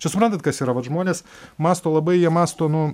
čia suprantat kas yra vat žmonės mąsto labai jie mąsto nu